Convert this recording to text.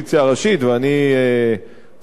סיעות האופוזיציה,